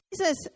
Jesus